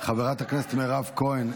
חברת הכנסת מירב כהן,